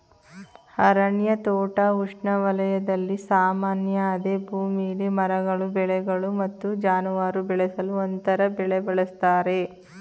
ಅರಣ್ಯ ತೋಟ ಉಷ್ಣವಲಯದಲ್ಲಿ ಸಾಮಾನ್ಯ ಅದೇ ಭೂಮಿಲಿ ಮರಗಳು ಬೆಳೆಗಳು ಮತ್ತು ಜಾನುವಾರು ಬೆಳೆಸಲು ಅಂತರ ಬೆಳೆ ಬಳಸ್ತರೆ